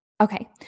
Okay